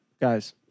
Guys